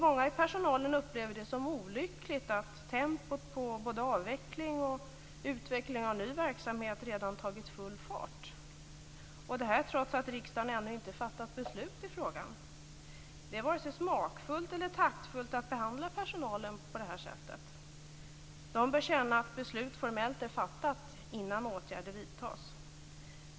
Många i personalen upplever det som olyckligt att både avveckling och utveckling av ny verksamhet redan tagit full fart - och detta trots att riksdagen ännu inte fattat beslut i frågan. Det är vare sig smakfullt eller taktfullt att behandla personalen på detta sätt. De bör känna att beslut formellt är fattat innan åtgärder vidtas.